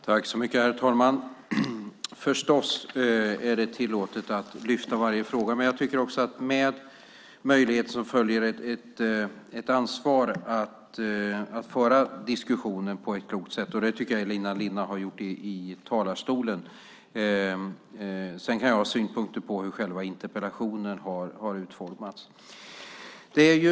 Herr talman! Det är förstås tillåtet att lyfta upp varje fråga, men med den möjligheten följer också ett ansvar att föra diskussionen på ett klokt sätt. Det tycker jag att Elina Linna har gjort i talarstolen. Sedan kan jag ha synpunkter på hur själva interpellationen har utformats.